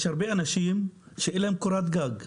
יש הרבה אנשים שאין להם קורת גג.